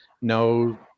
no